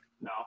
no